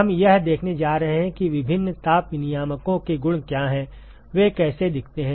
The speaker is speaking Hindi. हम यह देखने जा रहे हैं कि विभिन्न ताप विनिमायकों के गुण क्या हैं वे कैसे दिखते हैं